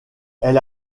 elle